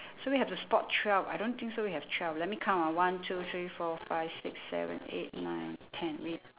so we have to spot twelve I don't think so we have twelve let me count ah one two three four five six seven eight nine ten wait